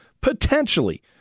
potentially